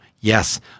Yes